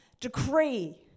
decree